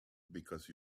because